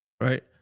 Right